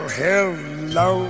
hello